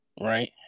Right